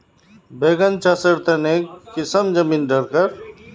बैगन चासेर तने की किसम जमीन डरकर?